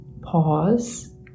pause